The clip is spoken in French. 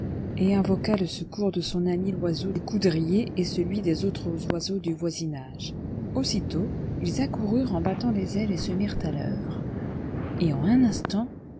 et invoqua le secours de son ami l'oiseau du coudrier et celui des autres oiseaux du voisinage aussitôt ils accoururent en battant des ailes et se mirent à l'œuvre et en un instant